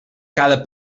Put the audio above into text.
cada